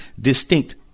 distinct